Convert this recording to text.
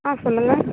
ஆ சொல்லுங்கள்